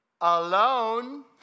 Alone